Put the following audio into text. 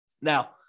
Now